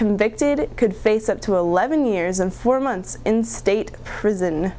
convicted could face up to eleven years and four months in state prison